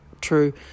true